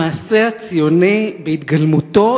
זהו המעשה הציוני בהתגלמותו,